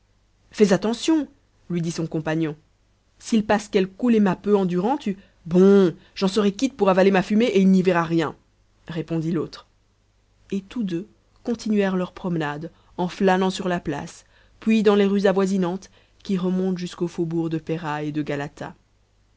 fais attention lui dit son compagnon s'il passe quelque uléma peu endurant tu bon j'en serai quitte pour avaler ma fumée et il n'y verra rien répondit l'autre et tous deux continuèrent leur promenade en flânant sur la place puis dans les rues avoisinantes qui remontent jusqu'aux faubourgs de péra et de galata